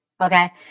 Okay